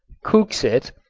kuxit,